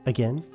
Again